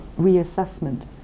reassessment